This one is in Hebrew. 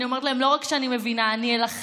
אני אומרת להם: לא רק שאני מבינה, אני אילחם.